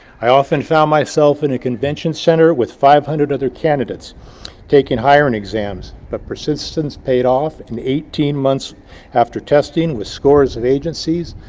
i often found myself in a convention center with five hundred other candidates taking hiring exams, but persistence paid off and eighteen months after testing with scores of agencies,